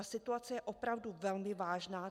Situace je opravdu velmi vážná.